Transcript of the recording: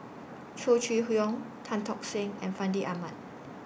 Chow Chee Yong Tan Tock Seng and Fandi Ahmad